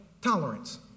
Tolerance